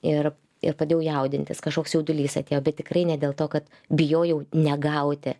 ir ir pradėjau jaudintis kažkoks jaudulys atėjo bet tikrai ne dėl to kad bijojau negauti